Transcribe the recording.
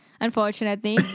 unfortunately